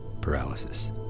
paralysis